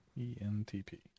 ENTP